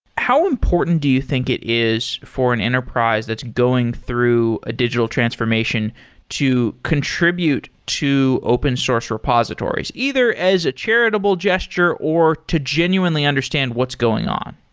how important do you think it is for an enterprise that's going through a digital transformation to contribute to open source repositories either as a charitable gesture or to genuinely understand what's going on?